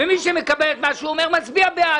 מי שמקבל את מה שהוא אומר, מצביע בעד.